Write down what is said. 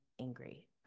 angry